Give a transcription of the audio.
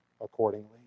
accordingly